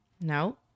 No